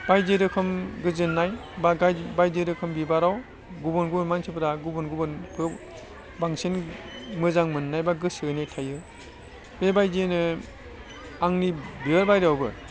बायदि रोखोम गोजोन्नाय बा गाय बायदि रोखोम बिबाराव गुबुन गुबुन मानसिफ्रा गुबुन गुबुन बेयाव बांसिन मोजां मोन्नाय बा गोसो होनाय थायो बेबायदिनो आंनि बिबार बारियावबो